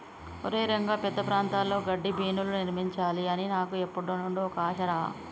ఒరై రంగ పెద్ద ప్రాంతాల్లో గడ్డిబీనులు నిర్మించాలి అని నాకు ఎప్పుడు నుండో ఓ ఆశ రా